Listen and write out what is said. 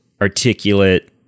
articulate